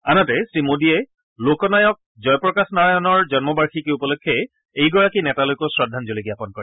আনহাতে শ্ৰীমোদীয়ে লোকনায়ক জয়প্ৰকাশ নাৰায়ণৰ জন্মবাৰ্যিকী উপলক্ষে এইগৰাকী নেতালৈকো শ্ৰদ্ধাঞ্জলি জ্ঞাপন কৰে